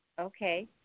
Okay